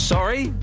Sorry